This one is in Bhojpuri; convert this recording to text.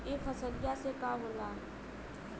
ई फसलिया से का होला?